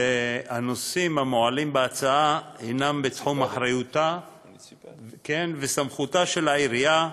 והנושאים המועלים בהצעה הם בתחום אחריותה וסמכותה של העירייה,